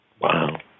Wow